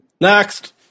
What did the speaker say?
Next